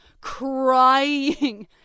crying